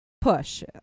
push